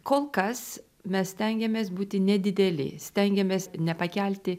kol kas mes stengiamės būti nedideli stengiamės nepakelti